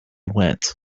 went